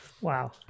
Wow